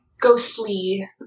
ghostly